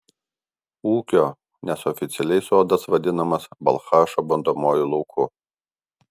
ūkio nes oficialiai sodas vadinamas balchašo bandomuoju lauku